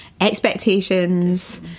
expectations